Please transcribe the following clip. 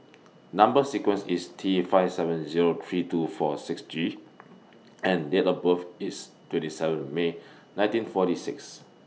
Number sequence IS T five seven Zero three two four six G and Date of birth IS twenty seven May nineteen forty six